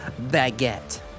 baguette